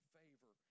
favor